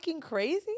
crazy